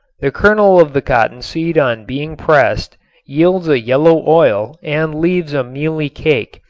the kernel of the cottonseed on being pressed yields a yellow oil and leaves a mealy cake.